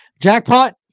jackpot